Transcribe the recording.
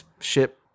ship